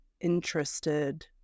interested